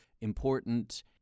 important